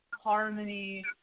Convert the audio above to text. harmony